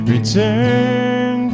Return